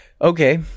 okay